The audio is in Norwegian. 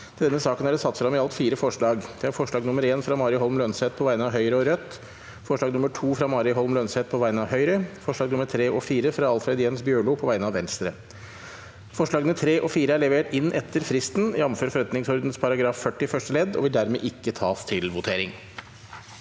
Under debatten er det satt frem fire forslag. Det er – forslag nr. 1, fra Mari Holm Lønseth på vegne av Høyre og Rødt – forslag nr. 2, fra Mari Holm Lønseth på vegne av Høyre – forslagene nr. 3 og 4, fra Alfred Jens Bjørlo på vegne av Venstre Forslagene nr. 3 og 4 er levert inn etter fristen, jf. forretningsordenens § 40 første ledd, og vil dermed ikke tas til votering.